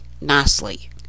nicely